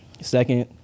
Second